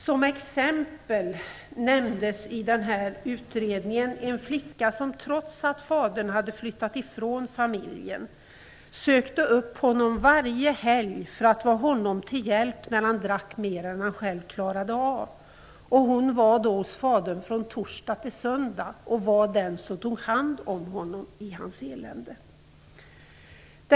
Som exempel nämndes i Alkoholkommissionens betänkande en flicka som, trots att fadern flyttat ifrån familjen, varje helg sökte upp honom för att vara honom till hjälp när han drack mer än han själv klarade av. Hon var hos fadern från torsdag till söndag. Hon var den som tog hand om honom i hans elände.